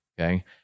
okay